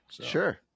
Sure